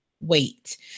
Wait